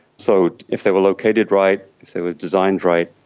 so if they were located right, if they were designed right,